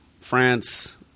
France